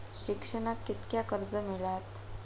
शिक्षणाक कीतक्या कर्ज मिलात?